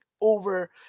over